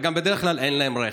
וגם בדרך כלל אין להם רכב,